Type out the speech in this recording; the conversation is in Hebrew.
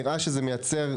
נראה שזה מייצר,